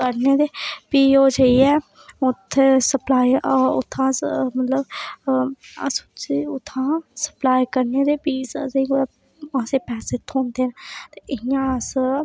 फ्ही ओह् जेही उत्थै सप्लाई उत्थै अस एक्चुली फ्ही असें कुतै पैसे थ्होंदे ना इ'यां अस